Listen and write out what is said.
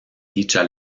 dicha